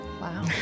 wow